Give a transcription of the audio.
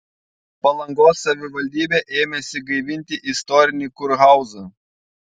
palangos savivaldybė ėmėsi gaivinti istorinį kurhauzą